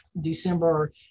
December